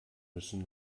müssen